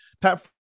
Pat